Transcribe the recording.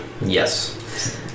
yes